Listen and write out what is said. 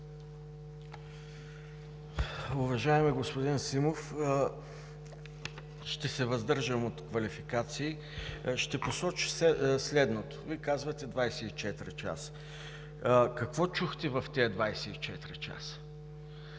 Уважаеми господин Симов, ще се въздържам от квалификации. Ще посоча следното. Вие казвате: „24 часа“. Какво чухте в тези 24 часа?